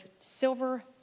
silver